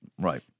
Right